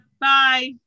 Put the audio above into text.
Bye